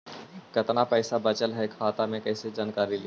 कतना पैसा बचल है खाता मे कैसे जानकारी ली?